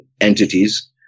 entities